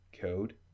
code